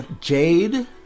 jade